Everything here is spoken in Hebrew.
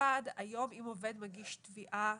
אחת, היום אם עובד מגיש תביעה,